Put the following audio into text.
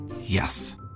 Yes